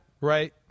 right